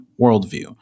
worldview